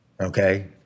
okay